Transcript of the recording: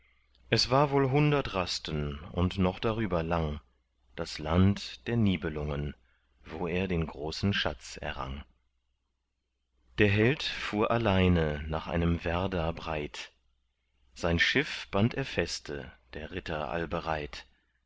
es war wohl hundert rasten und noch darüber lang das land der nibelungen wo er den großen schatz errang der held fuhr alleine nach einem werder breit sein schiff band er feste der ritter allbereit